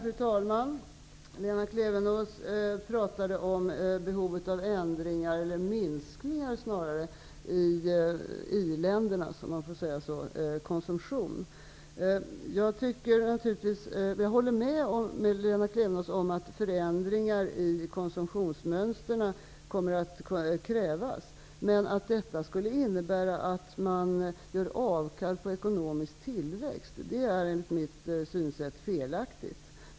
Fru talman! Lena Klevenås talade om behovet av ändringar eller snarare minskningar i i-ländernas konsumtion. Jag håller med Lena Klevenås om att förändringar i konsumtionsmönstren kommer att krävas, men att det skulle innebära att man gör avkall på ekonomisk tillväxt är enligt mitt synsätt felaktigt.